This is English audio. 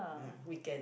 ya weekend